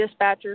dispatchers